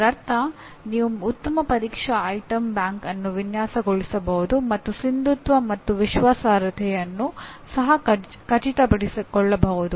ಇದರರ್ಥ ನೀವು ಉತ್ತಮ ಪರೀಕ್ಷಾ ವಸ್ತು ಸಂಗ್ರಹವನ್ನು ವಿನ್ಯಾಸಗೊಳಿಸಬಹುದು ಮತ್ತು ಸಿಂಧುತ್ವ ಮತ್ತು ವಿಶ್ವಾಸಾರ್ಹತೆಯನ್ನು ಸಹ ಖಚಿತಪಡಿಸಿಕೊಳ್ಳಬಹುದು